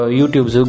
youtube